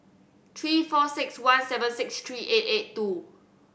three four six one seven six three eight eight two